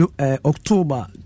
October